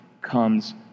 comes